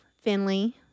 Finley